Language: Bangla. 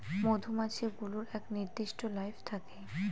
মধুমাছি গুলোর এক নির্দিষ্ট লাইফ থাকে